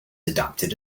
adapted